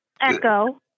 Echo